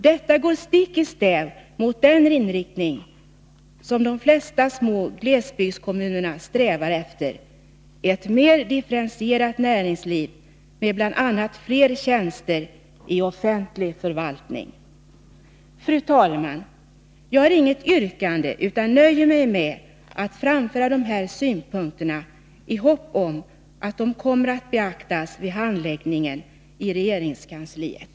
Detta går stick i stäv mot den riktning som de flesta av kommunernas förtroendevalda strävar efter: ett mer differentierat näringsliv med bl.a. fler tjänster i offentlig förvaltning. Fru talman! Jag har inget yrkande utan nöjer mig med att framföra de här synpunkterna i hopp om att de kommer att beaktas vid handläggningen i regeringskansliet.